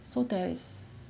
so there's